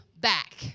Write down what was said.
back